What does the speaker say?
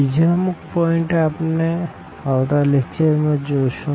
બીજા અમુક પોઈન્ટ આપણે આવતા લેકચર માં જોશું